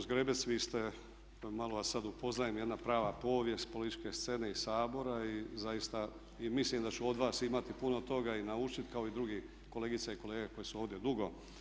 Pa gospođo Zgrebec vi ste, malo vas sad upoznajem, jedna prava povijest političke scene i Sabora i zaista mislim da ću od vas imati puno toga i naučiti kao i drugi kolegice i kolege koji su ovdje dugo.